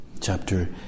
Chapter